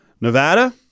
Nevada